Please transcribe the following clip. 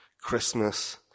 Christmas